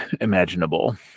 imaginable